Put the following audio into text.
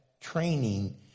training